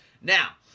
Now